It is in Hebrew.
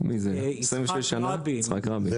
יצחק רבין.